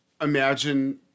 imagine